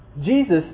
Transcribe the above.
Jesus